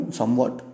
somewhat